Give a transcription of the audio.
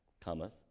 cometh